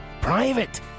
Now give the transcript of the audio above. private